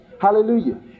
Hallelujah